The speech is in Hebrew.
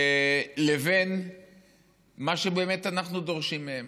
לבין מה שבאמת אנחנו דורשים מהם.